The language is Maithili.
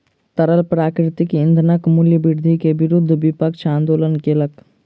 तरल प्राकृतिक ईंधनक मूल्य वृद्धि के विरुद्ध विपक्ष आंदोलन केलक